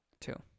Two